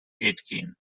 aitkin